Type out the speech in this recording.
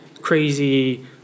crazy